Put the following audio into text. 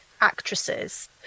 actresses